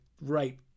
right